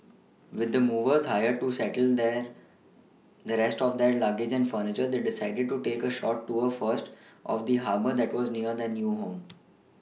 with the movers hired to settle the the rest of their luggage and furniture they decided to take a short tour first of the Harbour that was near their new home